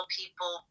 people